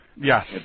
Yes